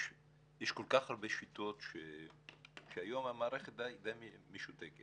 יש כל כך הרבה שיטות שהיום המערכת די משותקת.